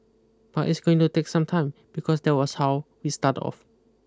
but it's going to take some time because that was how we start off